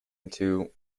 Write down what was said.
into